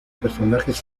personajes